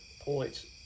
points